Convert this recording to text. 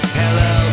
hello